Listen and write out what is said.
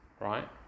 right